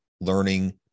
learning